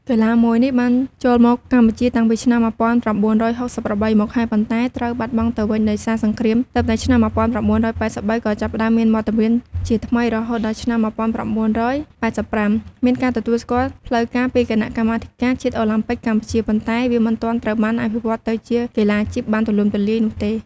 កីឡាមួយនេះបានចូលមកកម្ពុជាតាំងពីឆ្នាំ ១៩៦៨ ម្តងហើយ ប៉ុន្តែត្រូវបាត់បង់ទៅវិញដោយសារសង្គ្រាម ទើបតែឆ្នាំ ១៩៨៣ ក៏ចាប់ផ្ដើមមានវត្តមានជាថ្មី រហូតដល់ឆ្នាំ ១៩៨៥ មានការទទួលស្គាល់ផ្លូវការពីគណៈកម្មាធិការជាតិអូឡាំពិកកម្ពុជា ប៉ុន្តែវាមិនទាន់ត្រូវបានអភិវឌ្ឍទៅជាកីឡាអាជីពបានទូលំទូលាយនោះទេ។ ។